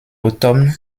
automne